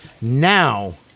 Now